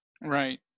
Right